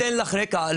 אתן לך רקע,